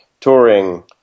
touring